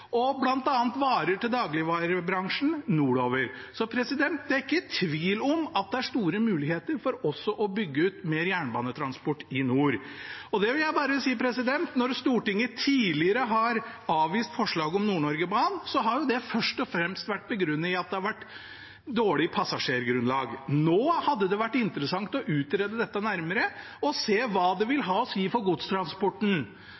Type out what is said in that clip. og bl.a. varer til dagligvarebransjen nordover. Det er ikke tvil om at det er store muligheter for også å bygge ut mer jernbanetransport i nord. Det vil jeg bare si: Når Stortinget tidligere har avvist forslaget om Nord-Norge-banen, har det først og fremst vært begrunnet i at det har vært dårlig passasjergrunnlag. Nå hadde det vært interessant å utrede dette nærmere og se hva det